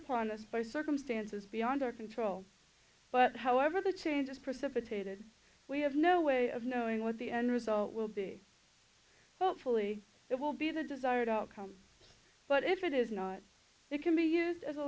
upon us by circumstances beyond our control but however the changes precipitated we have no way of knowing what the end result will be hopefully it will be the desired outcome but if it is not it can be used as a